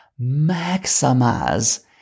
maximize